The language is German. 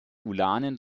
ulanen